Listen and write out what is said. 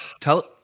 Tell